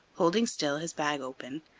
holding still his bag open,